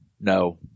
no